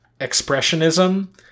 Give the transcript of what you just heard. expressionism